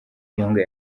kayonga